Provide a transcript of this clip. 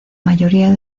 mayoría